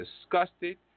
disgusted